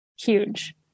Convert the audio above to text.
huge